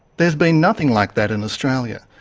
there's been nothing like that in australia.